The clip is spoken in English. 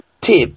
tip